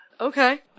Okay